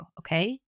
Okay